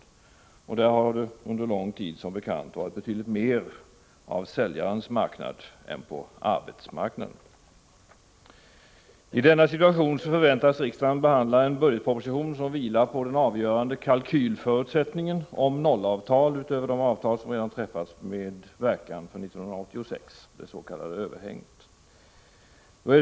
Där har det som bekant under lång tid varit betydligt mer av säljarens marknad än på arbetsmarknaden. I denna situation förväntas riksdagen behandla en budgetproposition som vilar på den avgörande kalkylförutsättningen att det — utöver de avtal som redan träffats med verkan för 1986, det s.k. överhänget — blir nollavtal.